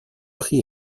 pris